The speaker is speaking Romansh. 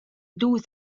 dus